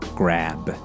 ，grab 。